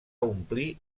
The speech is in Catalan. omplir